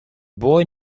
boy